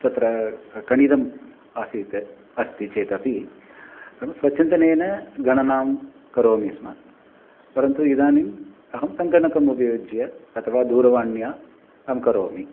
तत्र गणितम् आसीत् अस्ति चेतपि अहं स्वचिन्तनेन गणनां करोमि स्म परन्तु इदानीम् अहं सङ्गणकम् उपयुज्य अथवा दूरवाण्यां करोमि